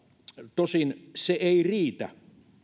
tosin se ei riitä